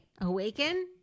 Awaken